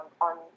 On